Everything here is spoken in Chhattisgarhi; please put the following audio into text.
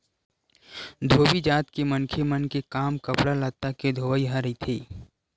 धोबी जात के मनखे मन के काम कपड़ा लत्ता के धोवई ह रहिथे